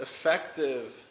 effective